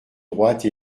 droite